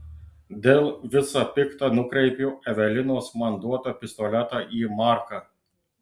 dėl visa pikta nukreipiu evelinos man duotą pistoletą į marką